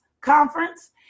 conference